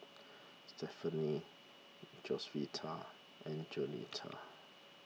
Stefanie Josefita and Jaunita